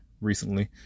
recently